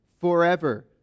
forever